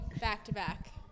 back-to-back